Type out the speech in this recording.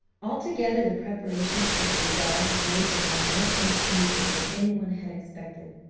altogether the preparations for the bazaar had moved along much more smoothly than any one had expected.